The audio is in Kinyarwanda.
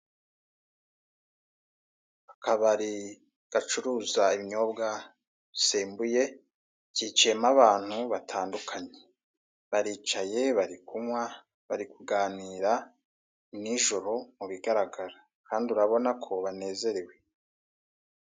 Akabari gacuruza ibinyobwa bisembuye, kicayemo abantu batandukanye. Baricaye, bari kunywa, bari kuganira, ni nijoro mu bigaragara. Kandi urabona ko banezerewe.